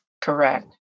Correct